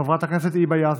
חברת הכנסת היבה יזבק,